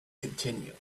continue